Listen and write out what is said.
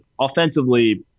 offensively